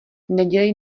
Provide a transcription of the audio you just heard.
nedělej